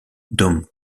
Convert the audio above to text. dom